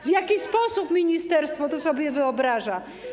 W jaki sposób ministerstwo to sobie wyobraża?